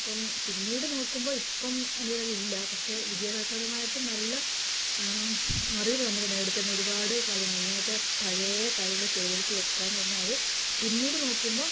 അപ്പം പിന്നീട് നോക്കുമ്പം ഇപ്പം എൻ്റ കൈയ്യിലതില്ല പക്ഷെ വിദ്യാഭ്യാസപരമായിട്ട് നല്ല അറിവ് നമുക്ക് നേടിത്തരുന്ന ഒരുപാട് കാര്യങ്ങൾ ഇങ്ങനത്തെ പഴയ കാര്യങ്ങള് ശേഖരിച്ച് വെക്കുകാന്ന് പറഞ്ഞാൽ അത് പിന്നീട് നോക്കുമ്പം